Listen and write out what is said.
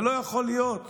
ולא יכול להיות